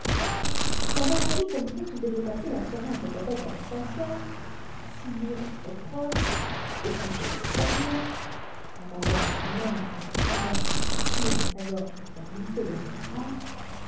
quand varajou comprit qu'il devait passer la soirée en tête-à-tête avec sa soeur subir ses reproches écouter ses sermons sans avoir même un petit verre à laisser couler dans sa gorge pour faire glisser les remontrances